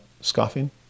scoffing